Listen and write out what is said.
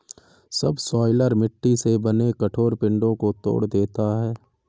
subsoiler मिट्टी से बने कठोर पिंडो को तोड़ देता है